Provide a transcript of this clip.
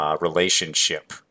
relationship